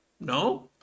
no